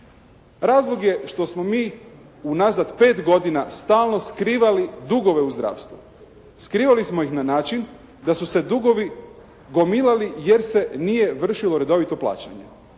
Razlog je što smo mi unazad 5 godina stalno skrivali dugove u zdravstvu. Skrivali smo ih na način da su se dugovi gomilali jer se nije vršilo redovito plaćanje.